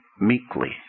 meekly